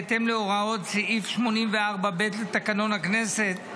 בהתאם להוראות סעיף 84(ב) לתקנון הכנסת,